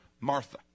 Martha